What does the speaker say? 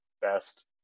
best